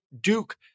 Duke